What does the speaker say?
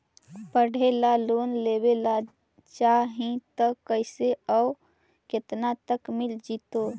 पढ़े ल लोन लेबे ल चाह ही त कैसे औ केतना तक मिल जितै?